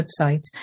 website